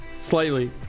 slightly